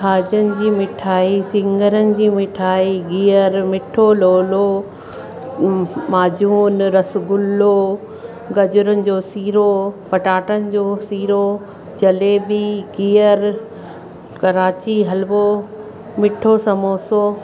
खाॼनि जी मिठाई सिङरनि जी मिठाई गिहर मिठो लोलो माजून रस गुल्लो गजरुनि जो सीरो पटाटनि जो सीरो जलेबी गिहर कराची हलवो मिठो समोसो